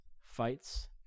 Fights